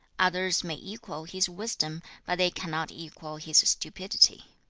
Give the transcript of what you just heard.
others may equal his wisdom, but they cannot equal his stupidity